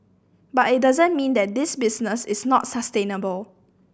but it doesn't mean that this business is not sustainable